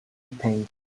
think